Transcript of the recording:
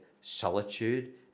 solitude